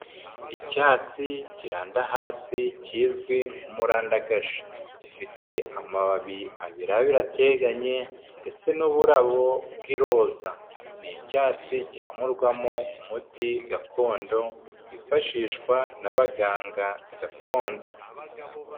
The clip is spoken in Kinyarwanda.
Icyatsi kiranda hasi kizwi umurandagashi, gifite amababi abira biri ateganye ndetse n'uburabo bw'iroza, ni icyatsi gihamurwamo umuti gakondo, wifashishwa n'abaganga gakondo.